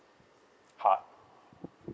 hard